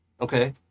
Okay